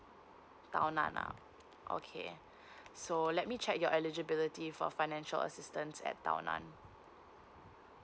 tao nan ah okay so let me check your eligibility for financial assistance at tao nan